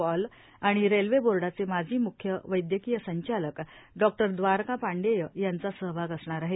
Paul आणि railway बोर्डाचे माजी मुख्य वैदयकीय संचालक डॉक्टर दवारका पांडेय यांचा सहभाग असणार आहे